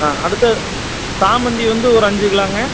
ஆ அடுத்து சாமந்தி வந்து ஒரு அஞ்சு கிலோங்க